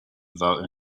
without